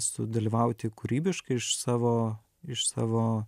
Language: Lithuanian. sudalyvauti kūrybiškai iš savo iš savo